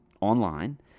online